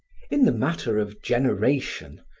in the matter of generation,